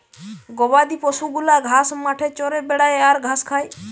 গবাদি পশু গুলা ঘাস মাঠে চরে বেড়ায় আর ঘাস খায়